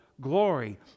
glory